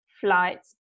flights